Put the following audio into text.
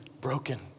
broken